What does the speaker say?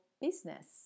business